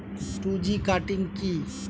Two G cutting কি?